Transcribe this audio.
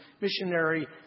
missionary